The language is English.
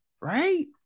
right